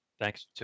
Thanks